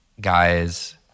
guys